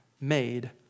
made